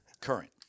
current